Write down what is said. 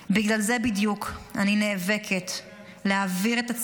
בגלל זה בדיוק אני נאבקת להעביר את הצעת